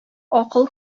акыл